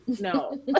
no